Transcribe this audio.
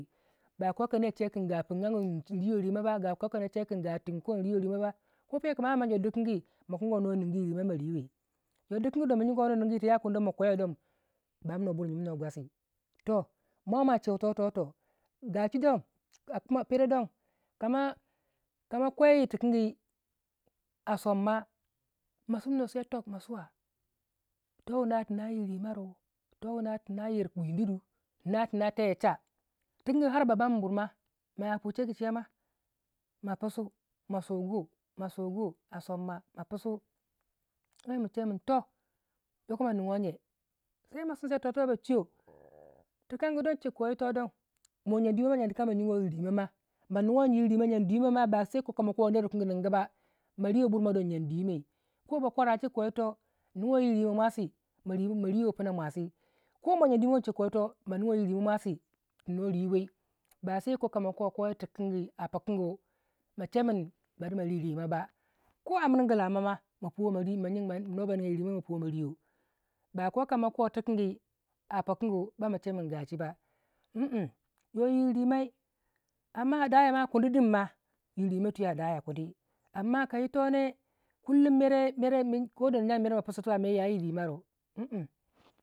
ba koku ner che kin ga pin age yi riwe rima ba ko piyau kama amni ma jor dikan gi ma kigiwai nigu yir rima ma ma ri wai jor dikangi don ma kwe wuna nigu yitu ya kuni don banuwei buri jimnuwei gwasi toh mwamwa cheuto toh toh gachi don pero don kama kwei yir ikangyi som ma ma simno sai tok ma suwa towuna tina yir rima ru towuna tina yir wini du tina tai cha tikangi ar ba bamun buri ma ma yapui shegu chei ma ma pusu pisu ma sugu ma sugu asom ma a pisu merma che min toh yoko yingoye sai ma sinsei tog tibak ba chiyo tikan gi don chin ko yito don mo gyaa dimai ma nugu yir rimai ma jyan dwii mama basai kama ko nerwukan ge ba ma riwai burmadon gyan dimai ko ba kwara chikko yito nuguwei yir rima mwasi ma riwei pino mwasi ko mo jyan dwii mai ma yoko yito masi manugu iri mwasi manuguwai yir rimai ba wai woyi tingyi apingu bawai ma chemin bari ma ri rima ba ko amirgu lamo ma ma puwei ma jyiga ir no ba nigya yir rimai ma riya ba kokama ko tikingi a pikan gu sai ma chemin gashi ba mm mm yo yir rimai amma adaya ma kundin ma yir rimai twii adaya kundi amma kayitone kullum mere mmapoisu mer ya yir rima ru mm